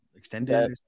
extended